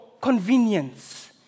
convenience